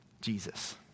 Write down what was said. Jesus